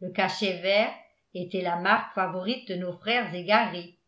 le cachet vert était la marque favorite de nos frères égarés